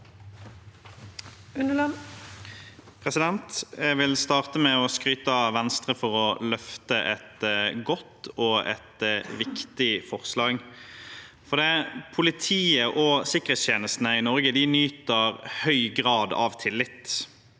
Jeg vil starte med å skryte av Venstre for å løfte et godt og viktig forslag. Politiet og sikkerhetstjenestene i Norge nyter høy grad av tillit.